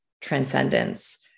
transcendence